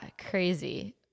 Crazy